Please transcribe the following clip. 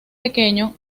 pequeño